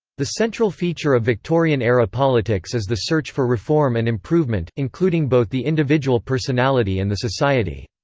the central feature of victorian era politics is the search for reform and improvement, including both the individual personality and the society.